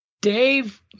Dave